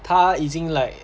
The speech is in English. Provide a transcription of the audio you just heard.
他已经 like